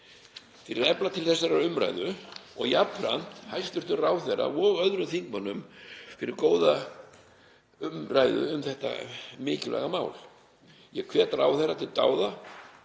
að efna til þessarar umræðu og jafnframt hæstv. ráðherra og öðrum þingmönnum fyrir góða umræðu um þetta mikilvæga mál. Ég hvet ráðherra til dáða